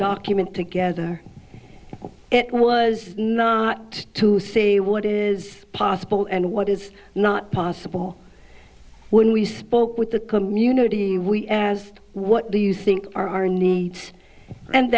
documents together it was not to say what is possible and what is not possible when we spoke with the community we as what do you think are our needs and